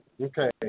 Okay